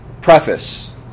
preface